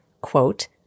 quote